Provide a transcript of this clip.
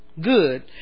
good